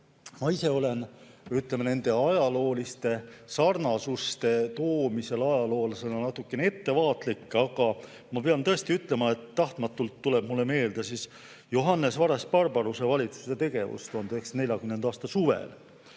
Ma ise olen nende ajalooliste sarnasuste toomisel ajaloolasena natukene ettevaatlik, aga ma pean tõesti ütlema, et tahtmatult tuleb mulle meelde Johannes Vares-Barbaruse valitsuse tegevus 1940. aasta suvel.